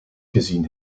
gezien